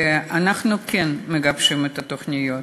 אנחנו כן מגבשים את התוכניות.